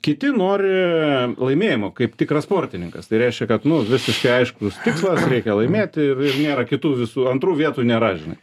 kiti nori laimėjimo kaip tikras sportininkas tai reiškia kad nu visiškai aiškus tikslas reikia laimėti ir ir nėra kitų visų antrų vietų nėra žinai